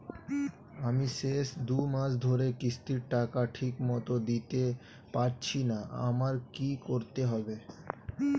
আমি শেষ দুমাস ধরে কিস্তির টাকা ঠিকমতো দিতে পারছিনা আমার কি করতে হবে?